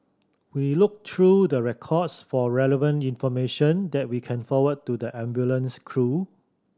we look through the records for relevant information that we can forward to the ambulance crew